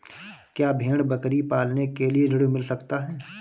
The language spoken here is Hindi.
क्या भेड़ बकरी पालने के लिए ऋण मिल सकता है?